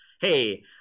hey